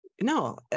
no